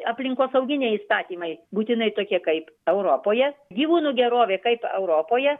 aplinkosauginiai įstatymai būtinai tokie kaip europoje gyvūnų gerovė kaip europoje